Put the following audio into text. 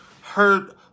heard